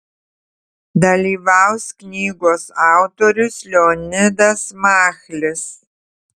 dalyvaus knygos autorius leonidas machlis